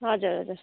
हजुर हजुर